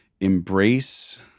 embrace